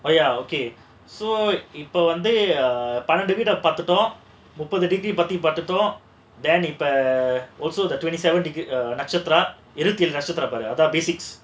well ya okay so people இப்போ வந்து:ippo vandhu also the twenty seven நட்சத்திரம் இருபத்தி ரெண்டு நட்சத்திரம் பாரு அதான்:natchathiram irupathi rendu natchathiram paaru adhaan basics